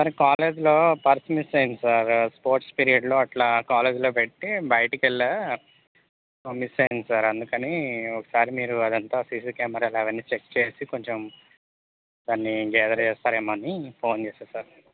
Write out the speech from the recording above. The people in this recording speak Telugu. సార్ కాలేజీలో పర్స్ మిస్ అయ్యింది సార్ స్పోర్ట్స్ పీరియడ్లో అట్లా కాలేజీలో పెట్టి బయటికి వెళ్లాను మిస్ అయ్యింది సార్ అందుకని ఒకసారి మీరు అదంతా సిసీ కెమెరాలో అవన్నీ చెక్ చేసి కొంచెం దాన్ని గ్యాదర్ చేస్తారేమో అని ఫోన్ చేశాను సార్